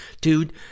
Dude